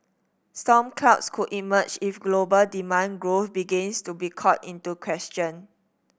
storm clouds could emerge if global demand growth begins to be called into question